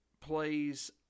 plays